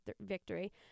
victory